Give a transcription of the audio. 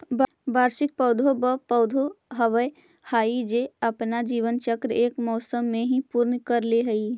वार्षिक पौधे व पौधे होवअ हाई जो अपना जीवन चक्र एक मौसम में ही पूर्ण कर ले हई